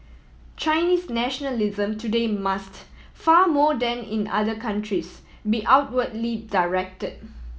Chinese nationalism today must far more than in other countries be outwardly direct